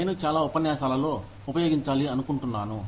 నేను చాలా ఉపన్యాసాలలో ఉపయోగించాలి అనుకుంటున్నాను